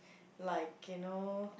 like you know